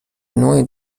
نوع